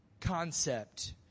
concept